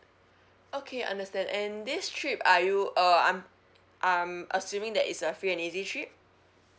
okay understand and this trip are you uh I'm I'm assuming that is a free and easy trip